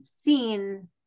seen